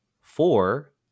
four